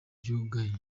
vyugaye